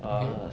okay